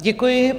Děkuji.